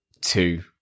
two